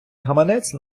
гаманець